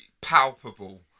palpable